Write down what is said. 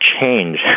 change